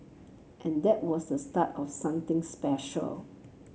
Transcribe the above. and that was the start of something special